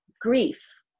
grief